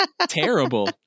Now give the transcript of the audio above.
terrible